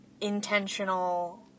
intentional